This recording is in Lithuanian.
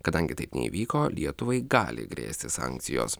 kadangi taip neįvyko lietuvai gali grėsti sankcijos